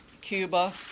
Cuba